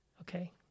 okay